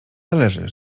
zależy